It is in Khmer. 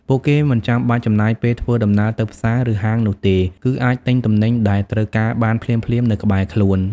ពួកគេមិនចាំបាច់ចំណាយពេលធ្វើដំណើរទៅផ្សារ ឬហាងនោះទេ គឺអាចទិញទំនិញដែលត្រូវការបានភ្លាមៗនៅក្បែរខ្លួន។